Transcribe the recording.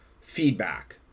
feedback